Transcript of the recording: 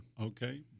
Okay